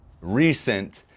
recent